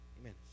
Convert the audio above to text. Amen